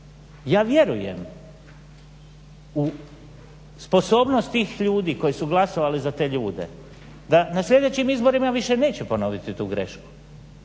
Ja vjerujem u sposobnost tih ljudi koji su glasali za te ljude, da na sljedećim izborima više neće ponoviti tu grešku,